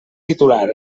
titular